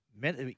met